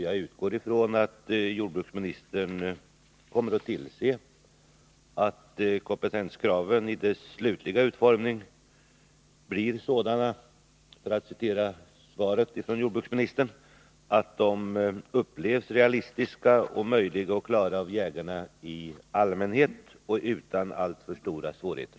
Jag utgår ifrån att jordbruksministern kommer att tillse att kompetenskraven i deras slutliga utformning blir sådana att de upplevs som realistiska och ”utan alltför stora svårigheter kan klaras av jägarna i allmänhet”, för att citera svaret från jordbruksministern.